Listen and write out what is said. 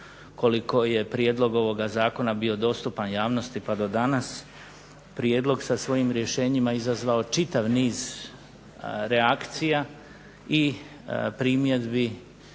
koliko je prijedlog ovoga zakona bio dostupan javnosti pa do danas prijedlog sa svojim rješenjima izazvao čitav niz reakcija i primjedbi